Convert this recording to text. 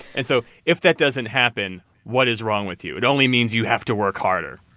and so if that doesn't happen, what is wrong with you? it only means you have to work harder.